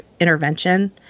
intervention